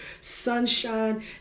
sunshine